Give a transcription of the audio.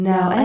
Now